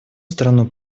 страну